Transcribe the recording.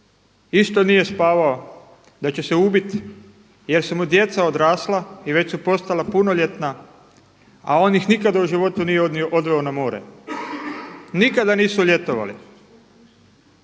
isto nije spavao, da će se ubiti jer su mu djeca odrasla i već su postala punoljetna, a on nikad u životu nije odveo na more. Nikada nisu ljetovali.